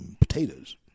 potatoes